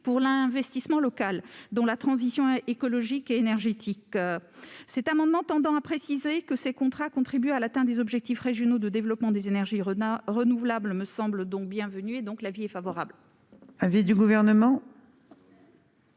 pour l'investissement local, dont la transition écologique et énergétique. Cet amendement tendant à préciser que ces contrats contribuent à l'atteinte des objectifs régionaux de développement des énergies renouvelables me semble donc le bienvenu. L'avis est favorable.